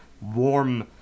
warm